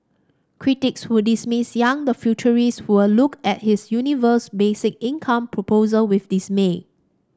critics who dismiss Yang the futurist will look at his universal basic income proposal with dismay